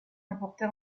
importée